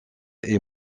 est